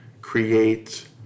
create